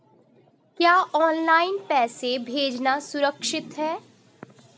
क्या ऑनलाइन पैसे भेजना सुरक्षित है?